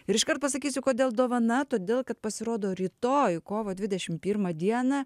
ir iškart pasakysiu kodėl dovana todėl kad pasirodo rytoj kovo dvidešim pirmą dieną